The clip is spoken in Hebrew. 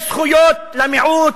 יש זכויות למיעוט,